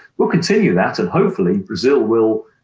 we'll continue that and hopefully, brazil will,